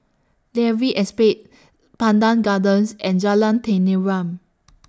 Dalvey Estate Pandan Gardens and Jalan Tenteram